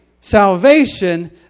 salvation